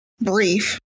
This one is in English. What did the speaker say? brief